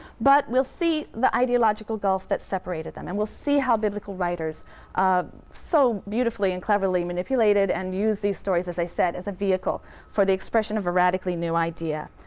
but we'll see the ideological gulf that separated them and we'll see how biblical writers so beautifully and cleverly manipulated and used these stories, as i said, as a vehicle for the expression of a radically new idea.